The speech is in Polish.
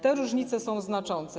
Te różnice są znaczące.